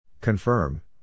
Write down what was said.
Confirm